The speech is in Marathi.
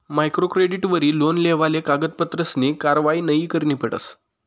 मायक्रो क्रेडिटवरी लोन लेवाले कागदपत्रसनी कारवायी नयी करणी पडस